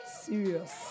Serious